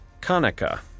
Kanaka